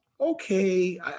okay